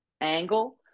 angle